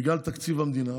בגלל תקציב המדינה,